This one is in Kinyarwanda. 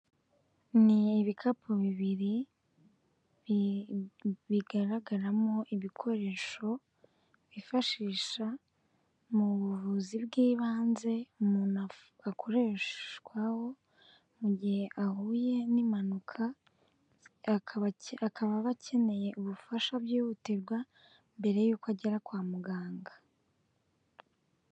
Ni ibikapu bibiri, bigaragaramo ibikoresho, bifashisha mu buvuzi bw'ibanze, umuntu akoreshwaho mu gihe ahuye n'impanuka, akaba aba akeneye ubufasha byihutirwa, mbere y'uko agera kwa muganga.